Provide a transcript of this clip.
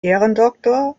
ehrendoktor